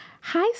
Hi